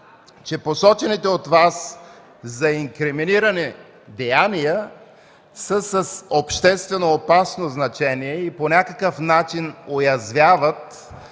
че посочените от Вас за инкриминиране деяния са с общественоопасно значение и по някакъв начин уязвяват